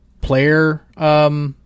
player